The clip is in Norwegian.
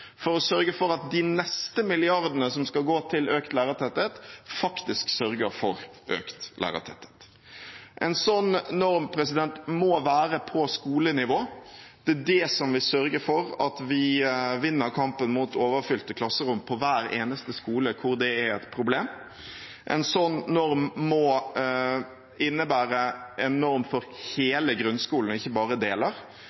for å sørge for at de neste milliardene som skal gå til økt lærertetthet, faktisk sørger for økt lærertetthet. En slik norm må være på skolenivå; det er det som vil sørge for at vi vinner kampen mot overfylte klasserom på hver eneste skole hvor det er et problem. En slik norm må innebære en norm for